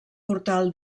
portal